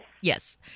Yes